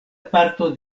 parto